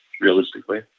realistically